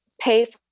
pay